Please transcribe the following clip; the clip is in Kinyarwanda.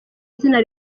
izina